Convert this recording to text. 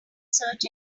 search